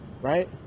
right